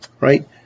right